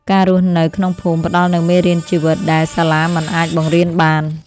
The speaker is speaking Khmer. ការរស់នៅក្នុងភូមិផ្ដល់នូវមេរៀនជីវិតដែលសាលាមិនអាចបង្រៀនបាន។